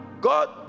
God